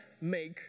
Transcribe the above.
make